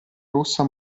rossa